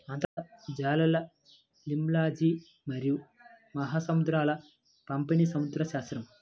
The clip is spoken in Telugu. అంతర్గత జలాలలిమ్నాలజీమరియు మహాసముద్రాల పంపిణీసముద్రశాస్త్రం